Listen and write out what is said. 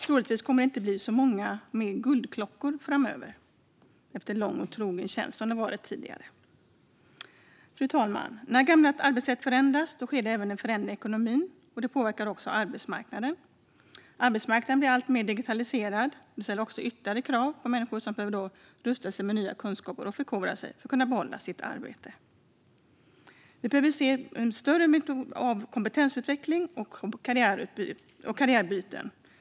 Troligtvis kommer inte så många guldklockor att delas ut framöver, som man tidigare fått efter lång och trogen tjänst. Fru talman! När gamla arbetssätt förändras sker även en förändring i ekonomin, vilket påverkar arbetsmarknaden. Arbetsmarknaden blir alltmer digitaliserad. Det ställer ytterligare krav på människor, som behöver rusta sig med nya kunskaper och förkovra sig för att kunna behålla sitt arbete. Vi ser ett större behov av kompetensutveckling och karriärbyten.